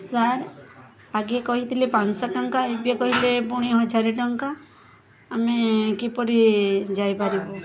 sir ଆଗେ କହିଥିଲେ ପାଞ୍ଚଶହ ଟଙ୍କା ଏବେ କହିଲେ ପୁଣି ହଜାର ଟଙ୍କା ଆମେ କିପରି ଯାଇପାରିବୁ